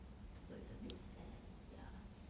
so it's a bit sad ya